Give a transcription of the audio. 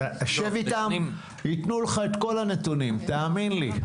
שב איתם, הם ייתנו לך את כל הנתונים, תאמין לי.